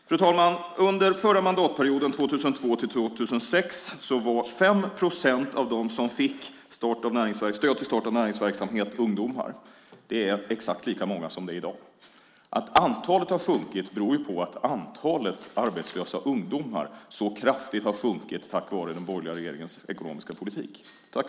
Fru talman! Under förra mandatperioden, 2002-2006, var 5 procent av dem som fick stöd till start och näringsverksamhet ungdomar. Det är exakt lika många i dag. Att antalet sjunkit beror på att antalet arbetslösa ungdomar sjunkit kraftigt tack vare den borgerliga regeringens ekonomiska politik.